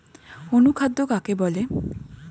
অনুখাদ্য কাকে বলে?